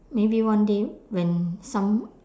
maybe one day when some